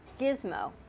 gizmo